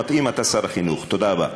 מתי שתגיד לי.